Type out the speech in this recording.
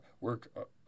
work